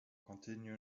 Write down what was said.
continue